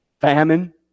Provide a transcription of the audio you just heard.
Famine